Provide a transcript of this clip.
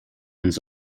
ends